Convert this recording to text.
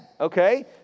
okay